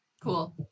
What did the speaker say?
Cool